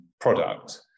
product